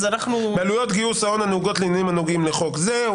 "בעלויות גיוס ההון הנהוגות לעניינים הנוגעים לחוק זה",